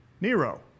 Nero